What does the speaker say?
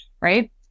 Right